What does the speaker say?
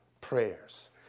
prayers